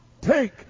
take